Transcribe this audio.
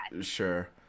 Sure